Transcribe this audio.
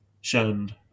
shown